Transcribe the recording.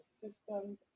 systems